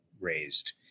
raised